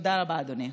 תודה רבה, אדוני.